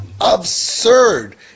Absurd